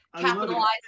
capitalize